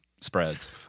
spreads